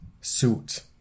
suit